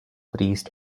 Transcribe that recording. priest